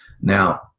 Now